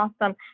awesome